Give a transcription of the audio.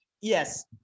yes